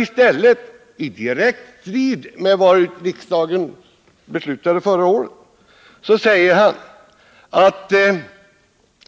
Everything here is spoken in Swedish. I stället säger han, i direkt strid med vad riksdagen beslutade förra året, ”att